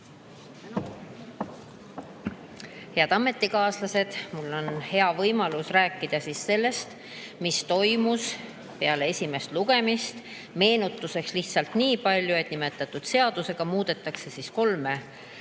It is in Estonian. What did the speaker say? Head ametikaaslased! Mul on hea võimalus rääkida sellest, mis toimus peale esimest lugemist. Meenutuseks lihtsalt niipalju, et nimetatud seadusega muudetakse kolme